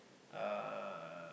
uh